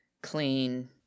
clean